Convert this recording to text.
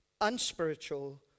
unspiritual